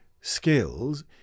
skills